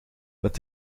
met